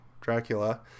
Dracula